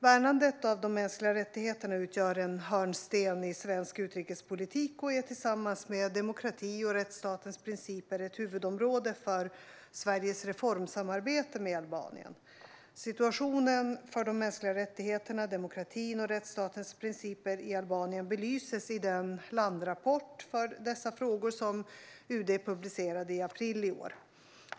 Värnandet av de mänskliga rättigheterna utgör en hörnsten i svensk utrikespolitik och är tillsammans med demokrati och rättsstatens principer ett huvudområde för Sveriges reformsamarbete med Albanien. Situationen för de mänskliga rättigheterna, demokratin och rättsstatens principer i Albanien belyses i den landrapport för dessa frågor som UD publicerade i april i år.